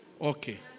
Okay